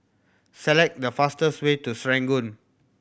select the fastest way to Serangoon